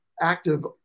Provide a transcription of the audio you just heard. active